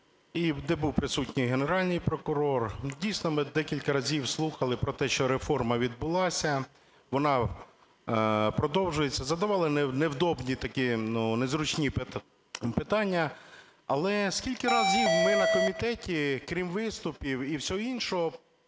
де був присутній Генеральний прокурор. Дійсно, ми декілька разів слухали про те, що реформа відбулася, вона продовжується., задавали незручні такі питання. Але скільки разів ми на комітеті, крім виступів і всього іншого,